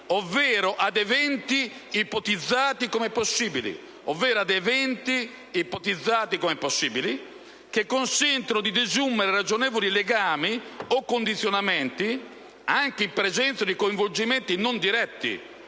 ovvero ad eventi ipotizzati come possibili, che consentono di desumere ragionevoli legami o condizionamenti anche in presenza di coinvolgimenti non diretti